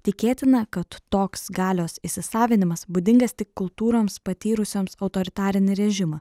tikėtina kad toks galios įsisavinimas būdingas tik kultūroms patyrusioms autoritarinį režimą